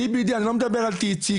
CBD אני לא מדבר על THC,